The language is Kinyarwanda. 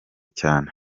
cyane